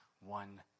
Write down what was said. one